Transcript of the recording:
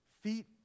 Feet